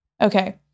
Okay